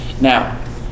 Now